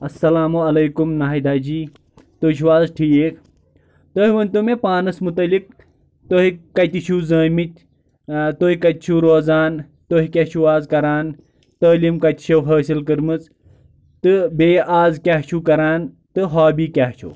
اَلسَلامُ علیکُم ناہدہ جی تُہۍ چھُو حظ ٹھیٖک تُہۍ ؤنۍ تو مےٚ پانٛس متعلق تُہۍ کتہِ چھُو زٲمِتۍ ٲں تُہۍ کَتہِ چھُو روزان تُہۍ کیٛاہ چھُو آز کَران تٔعلیٖم کَتہِ چھو حٲصل کٔرمٕژ تہٕ بیٚیہِ آز کیٛاہ چھُو کَران تہٕ ہابی کیٛاہ چھُو